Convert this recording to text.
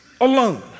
alone